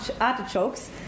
artichokes